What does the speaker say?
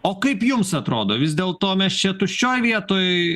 o kaip jums atrodo vis dėl to mes čia tuščioj vietoj